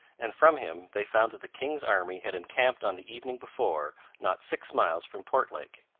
and from him they found that the king's army had encamped on the evening before not six miles from portlake.